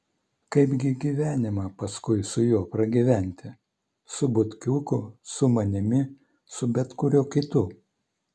kaipgi gyvenimą paskui su juo pragyventi su butkiuku su manimi su bet kuriuo kitu